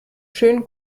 schönen